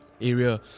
area